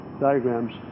diagrams